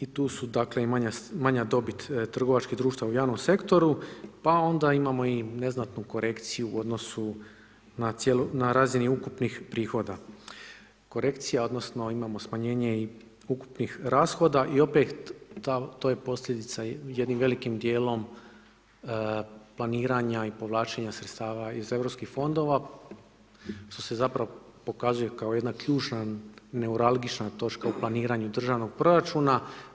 I tu su dakle, manja dobit trgovačkih društava u javnom sektoru, pa onda imamo i neznatnu korekciju u odnosu na razini ukupnih prihoda, korekcija, odnosno, imamo smanjenje i ukupnih rashoda i opet to je posljedica jednim velikim dijelom planiranja i povlačenja sredstava iz europskih fondova, što se zapravo pokazuje kao jedna ključna neuralgična točka u planiranju državnog proračuna.